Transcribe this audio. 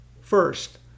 First